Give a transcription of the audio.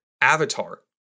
Avatar